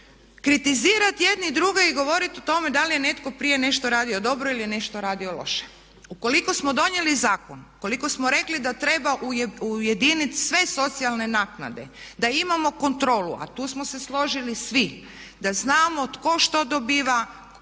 kritizirat jedni druge i govoriti o tome da li je netko prije nešto radio dobro ili je nešto radio loše. Ukoliko smo donijeli zakon, ukoliko smo rekli da treba ujediniti sve socijalne naknade da imamo kontrolu a tu smo se složili svi da znamo tko što dobiva, koliko